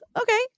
okay